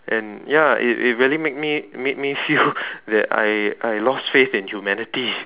and ya it it really made me made me feel that I lost faith in humanity